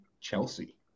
Chelsea